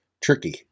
tricky